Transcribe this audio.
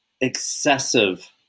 excessive